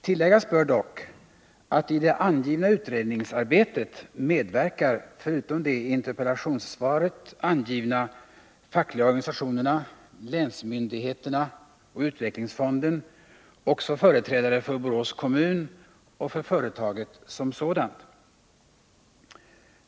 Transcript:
Tilläggas bör dock att i det omnämnda utredningsarbetet medverkar förutom de i interpellationssvaret angivna fackliga organisationerna, länsmyndigheterna och utvecklingsfonden också företrädare för Borås kommun och för företaget som sådant.